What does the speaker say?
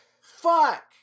Fuck